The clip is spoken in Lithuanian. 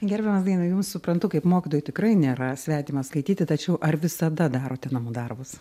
gerbiamas dainiau jums suprantu kaip mokytojui tikrai nėra svetima skaityti tačiau ar visada darote namų darbus